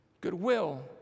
goodwill